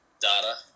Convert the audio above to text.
data